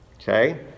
Okay